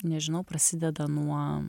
nežinau prasideda nuo